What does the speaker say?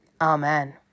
Amen